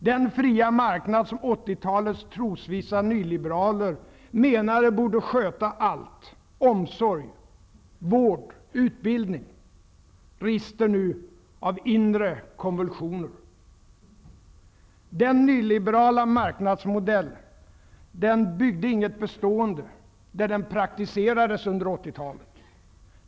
Den fria marknad, som 80-talets trosvissa nyliberaler menar borde sköta allt, som omsorg, vård och utbildning, rister nu av inre konvulsioner. Den nyliberala marknadsmodellen byggde inget bestående där den under 80-talet praktiserades.